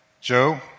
Joe